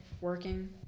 working